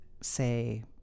say